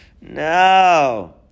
No